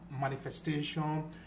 manifestation